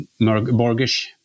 borgish